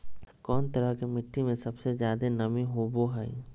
कौन तरह के मिट्टी में सबसे जादे नमी होबो हइ?